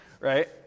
right